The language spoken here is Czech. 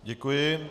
Děkuji.